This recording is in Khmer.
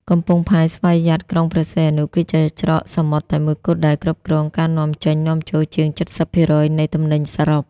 កំពង់ផែស្វយ័តក្រុងព្រះសីហនុ គឺជាច្រកសមុទ្រតែមួយគត់ដែលគ្រប់គ្រងការនាំចេញ-នាំចូលជាង ៧០% នៃទំនិញសរុប។